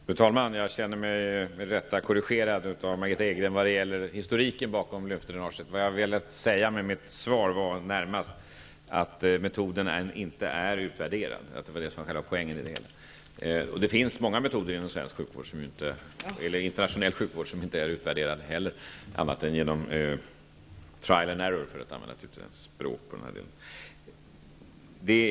Fru talman! Jag känner mig med rätta korrigerad av Margitta Edgren i vad gäller historiken bakom lymfdränaget. Vad jag närmast ville säga med mitt svar är att metoden inte är utvärderad. Det var poängen i det hela. Det finns i och för sig många metoder i internationell sjukvård som inte heller är utvärderade på annat sätt än genom ”trial and error”, för att använda ett utländskt språk i detta sammanhang.